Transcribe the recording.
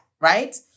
right